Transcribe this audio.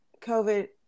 COVID